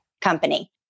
company